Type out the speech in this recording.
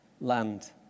land